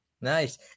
Nice